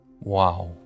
Wow